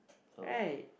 right